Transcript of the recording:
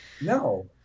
No